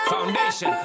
Foundation